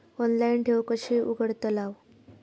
Online ठेव कशी उघडतलाव?